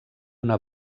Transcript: una